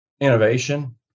innovation